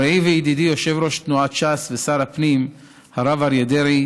רעי וידידי יושב-ראש תנועת ש"ס ושר הפנים הרב אריה דרעי,